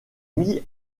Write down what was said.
mise